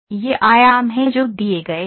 तो ये आयाम हैं जो दिए गए हैं